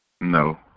No